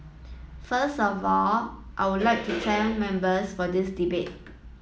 first of all I would like to thank members for this debate